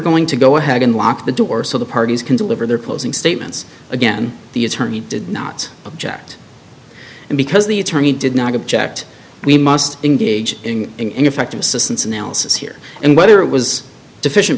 going to go ahead and lock the door so the parties can deliver their closing statements again the attorney did not object and because the attorney did not object we must engage in ineffective assistance analysis here and whether it was deficient